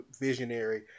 visionary